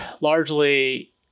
largely